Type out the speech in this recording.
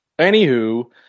anywho